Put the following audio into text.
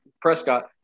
prescott